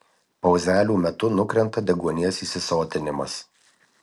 pauzelių metu nukrenta deguonies įsisotinimas